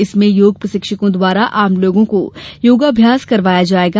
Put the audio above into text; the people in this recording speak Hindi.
इसमें योग प्रशिक्षितों द्वारा आम लोगों को योगाभ्यास करवाया जायेगा